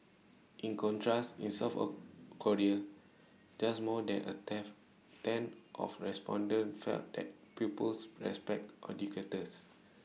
in contrast in south Korea just more than A tenth of respondents felt that pupils respect educators